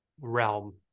realm